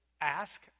ask